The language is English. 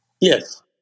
Yes